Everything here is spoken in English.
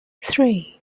three